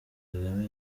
kagame